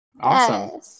Awesome